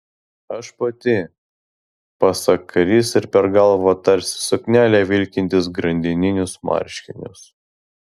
aš pati pasak karys ir per galvą tarsi suknelę vilktis grandininius marškinius